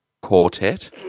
quartet